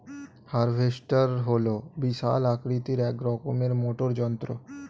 harvester হল বিশাল আকৃতির এক রকমের মোটর যন্ত্র